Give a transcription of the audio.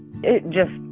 it just,